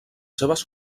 seves